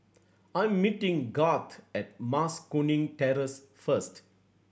I am meeting Garth at Mas Kuning Terrace first